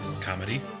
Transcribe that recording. comedy